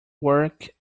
work